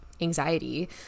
anxiety